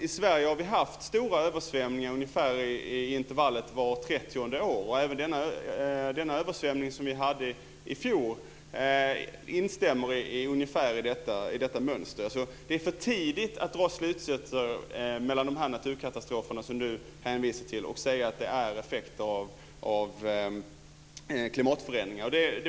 I Sverige har vi haft stora översvämningar ungefär i intervallet vart 30:e år, och även den översvämning vi hade i fjor stämmer ungefär in i detta mönster. Det är alltså för tidigt att dra slutsatsen av de naturkatastrofer Maria Wetterstrand hänvisar till att de är effekter av klimatförändringar.